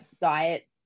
diet